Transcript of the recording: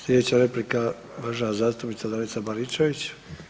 Sljedeća replika uvažena zastupnica Danica Baričević.